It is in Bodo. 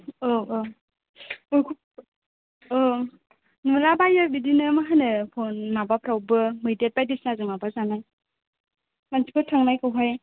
औ औ औ नुलाबायो बिदिनो माहोनो फन माबाफ्राव बो मैदेर बायदिसिना जों माबा जानाय मानसिफोर थांनायखौहाय